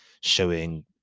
showing